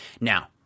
Now